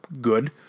good